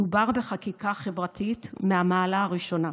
מדובר בחקיקה חברתית מהמעלה הראשונה.